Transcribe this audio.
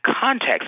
context